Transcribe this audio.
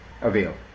avail